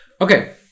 Okay